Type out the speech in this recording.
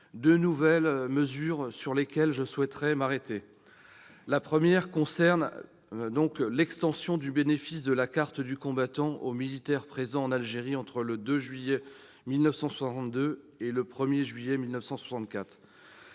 deux nouvelles mesures, sur lesquelles je souhaiterais m'arrêter plus particulièrement. La première concerne l'extension du bénéfice de la carte du combattant aux militaires présents en Algérie entre le 2 juillet 1962 et le 1 juillet 1964.